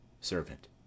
Servant